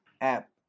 app